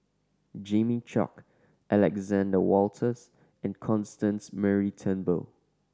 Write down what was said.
Jimmy Chok Alexander Wolters and Constance Mary Turnbull